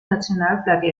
nationalflagge